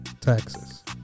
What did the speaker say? taxes